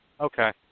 okay